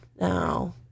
No